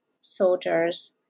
soldiers